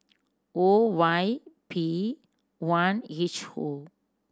O Y P one H O